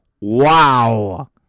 Wow